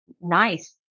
Nice